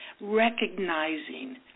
recognizing